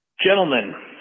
Gentlemen